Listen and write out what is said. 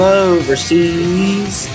overseas